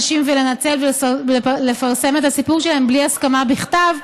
נשים ולנצל ולפרסם את הסיפור שלהן בלי הסכמה בכתב.